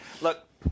Look